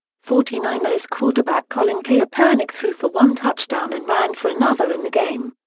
forty nine ers quarterback colin kaepernick threw for one touchdown and ran for another in the game.